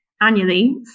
annually